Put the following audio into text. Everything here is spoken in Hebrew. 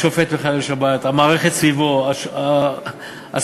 השופט מחלל שבת, המערכת סביבו, הסוהרים,